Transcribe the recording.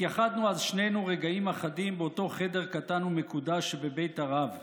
התייחדנו אז שנינו רגעים אחדים באותו חדר קטן ומקודש שבבית הרב,